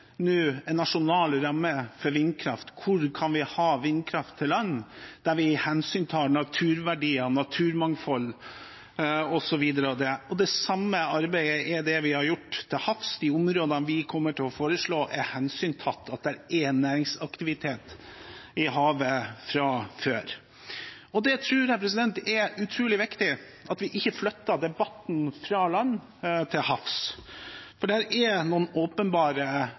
nå nasjonale rammer for vindkraft – hvor kan vi ha vindkraft til lands der vi hensyntar naturverdier, naturmangfold osv.? Og det samme arbeidet har vi gjort til havs; for de områdene vi kommer til å foreslå, er det hensyntatt at det er næringsaktivitet i havet fra før. Jeg tror det er utrolig viktig at vi ikke flytter debatten fra land og til havs, for det er noen åpenbare